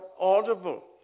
audible